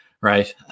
Right